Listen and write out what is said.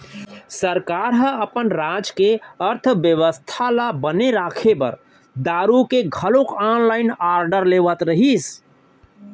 सरकार ह अपन राज के अर्थबेवस्था ल बने राखे बर दारु के घलोक ऑनलाइन आरडर लेवत रहिस